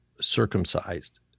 circumcised